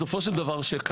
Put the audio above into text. לדוגמה,